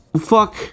Fuck